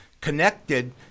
connected